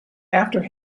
after